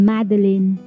Madeline